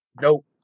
nope